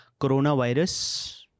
coronavirus